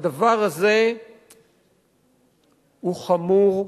הדבר הזה הוא חמור,